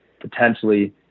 potentially